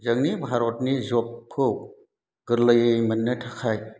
जोंनि भारतनि जबखौ गोरलैयै मोननो थाखाय